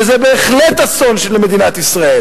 וזה בהחלט אסון למדינת ישראל.